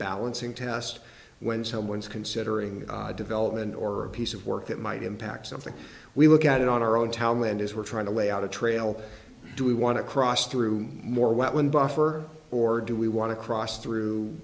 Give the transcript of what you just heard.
balancing test when someone's considering development or piece of work that might impact something we look at it on our own talent is we're trying to lay out a trail do we want to cross through more what one buffer or do we want to cross through